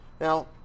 Now